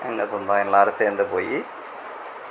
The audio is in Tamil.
எங்கள் சொந்தம் எல்லாேரும் சேர்ந்து போய்